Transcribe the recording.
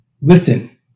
listen